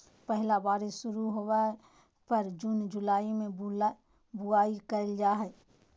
पहला बारिश शुरू होबय पर जून जुलाई में बुआई करल जाय हइ